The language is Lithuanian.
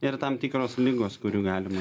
ir tam tikros ligos kurių galima